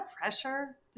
pressure